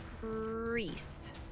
Grease